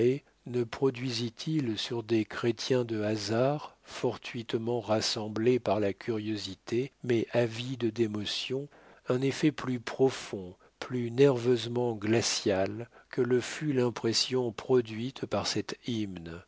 ne produisit il sur des chrétiens de hasard fortuitement rassemblés par la curiosité mais avides d'émotions un effet plus profond plus nerveusement glacial que le fut l'impression produite par cette hymne